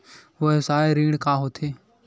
व्यवसाय ऋण का होथे?